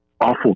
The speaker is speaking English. awful